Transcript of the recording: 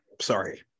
Sorry